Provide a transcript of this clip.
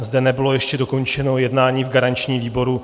Zde nebylo ještě dokončeno jednání v garančním výboru.